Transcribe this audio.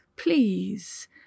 Please